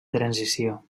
transició